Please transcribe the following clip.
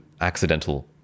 accidental